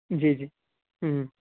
جی جی ہوں